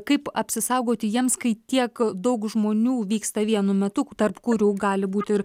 kaip apsisaugoti jiems kai tiek daug žmonių vyksta vienu metu tarp kurių gali būt ir